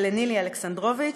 לנילי אלכסנדרוביץ,